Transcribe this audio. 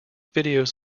videos